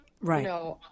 Right